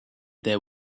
there